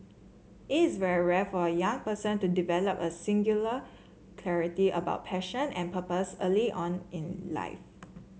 it's very rare for a young person to develop a singular clarity about passion and purpose early on in life